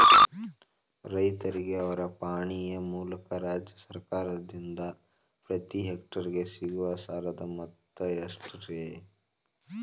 ರೈತರಿಗೆ ಅವರ ಪಾಣಿಯ ಮೂಲಕ ರಾಜ್ಯ ಸರ್ಕಾರದಿಂದ ಪ್ರತಿ ಹೆಕ್ಟರ್ ಗೆ ಸಿಗುವ ಸಾಲದ ಮೊತ್ತ ಎಷ್ಟು ರೇ?